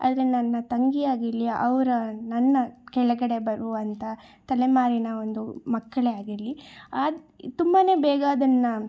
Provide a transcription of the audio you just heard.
ಆದರೆ ನನ್ನ ತಂಗಿ ಆಗಿರಲಿ ಅವರ ನನ್ನ ಕೆಳಗಡೆ ಬರುವಂಥ ತಲೆಮಾರಿನ ಒಂದು ಮಕ್ಕಳೇ ಆಗಿರಲಿ ಅದು ತುಂಬ ಬೇಗ ಅದನ್ನು